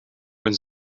eens